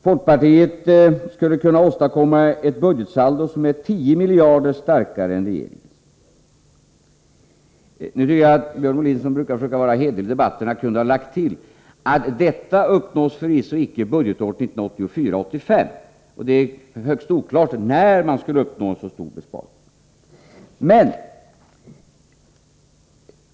Folkpartiet skulle kunna åstadkomma ett budgetsaldo som är 10 miljarder starkare än regeringens. Men Björn Molin, som i debatter brukar försöka vara hederlig, kunde ha lagt till att detta förvisso icke uppnås budgetåret 1984/85. Det är högst oklart när man skulle kunna uppnå en så stor besparing.